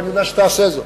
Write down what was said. ואני יודע שתעשה זאת.